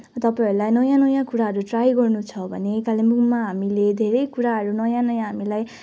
तपाईँहरूलाई नयाँ नयाँ कुराहरू ट्राई गर्नु छ भने कालेबुङमा हामीले धेरै कुराहरू नयाँ नयाँ हामीलाई